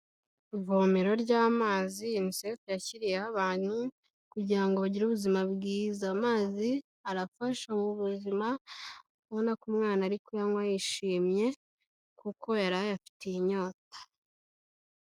Ivomero ry'amazi yunisefu yashyiriyeho abantu kugira ngo bagire ubuzima bwiza. Amazi arafasha mu buzima ubona ko umwana ari kuyanywa yishimye kuko yari ayafitiye inyota.